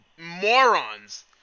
Morons